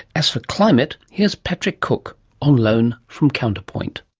as for climate, here's patrick cook on loan from counterpoint.